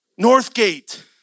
Northgate